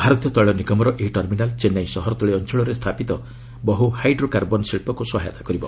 ଭାରତୀୟ ତୈଳ ନିଗମର ଏହି ଟର୍ମିନାଲ୍ ଚେନ୍ନାଇ ସହରତଳି ଅଞ୍ଚଳରେ ସ୍ଥାପିତ ବହ୍ର ହାଇଡ୍ରୋ କାର୍ବନ୍ ଶିଳ୍ପକ୍ ସହାୟତା କରିବ